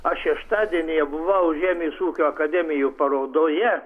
aš šeštadienyje buvau žemės ūkio akademijo parodoje